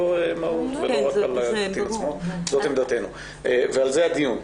זאת עמדתנו ועל זה הדיון.